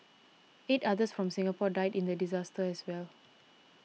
eight others from Singapore died in the disaster as well